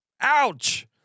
Ouch